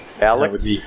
Alex